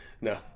No